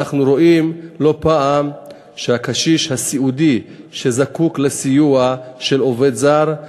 ואנחנו רואים לא פעם שהקשיש הסיעודי שזקוק לסיוע של עובד זר,